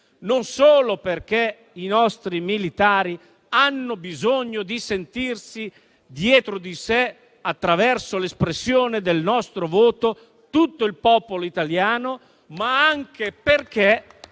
non solo perché i nostri militari hanno bisogno di sentire dietro di loro, attraverso l'espressione del nostro voto, tutto il popolo italiano, ma anche perché,